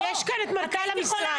יש כאן את מנכ"ל המשרד.